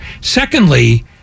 Secondly